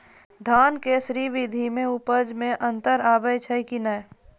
धान के स्री विधि मे उपज मे अन्तर आबै छै कि नैय?